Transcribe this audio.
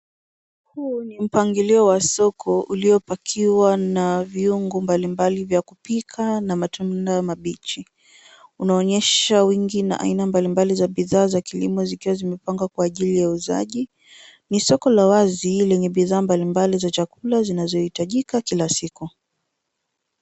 Huu ni mpangilio wa soko uliopakiwa na viungo mbalimbali vya kupika na matunda mabichi. Unaonyesha wingi na aina mbalimbali za bidhaa za kilimo zikiwa zimepangwa kwa ajili ya uuzaji. Ni soko la wazi lenye bidhaa mbalimbali za chakula zinazohitajika kila siku.